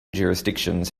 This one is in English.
jurisdictions